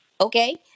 okay